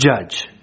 judge